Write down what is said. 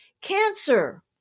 Cancer